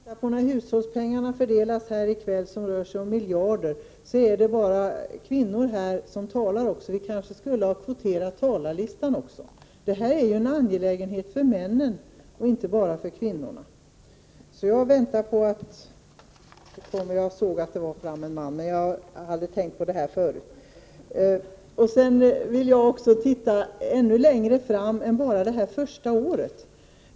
Herr talman! Bollen går tydligen runt här mellan kvinnokämparna. När hushållspengarna fördelas här i kväll — det rör sig om miljarder — är det bara kvinnor som talar. Vi kanske skulle ha haft kvotering på talarlistan också! Det här är en angelägenhet för männen och inte bara för kvinnorna. Jag väntar på att en man skall yttra sig. Jag såg att det var en man framme hos talmannen, men jag hade tänkt säga det här innan jag såg honom. Jag tycker att man skall se längre fram än till det första året.